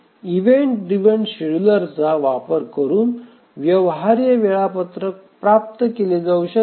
event driven शेड्यूलरचा वापर करून व्यवहार्य वेळापत्रक प्राप्त केले जाऊ शकते